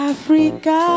Africa